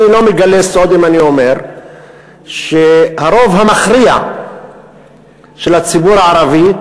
אני לא מגלה סוד אם אני אומר שהרוב המכריע של הציבור הערבי,